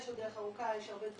יש עוד דרך ארוכה, יש הרבה דברים.